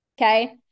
Okay